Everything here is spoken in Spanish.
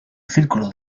círculo